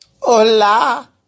Hola